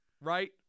right